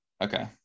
okay